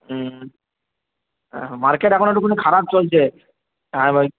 হুম market এখন একটুখানি খারাপ চলছে হ্যাঁ ওই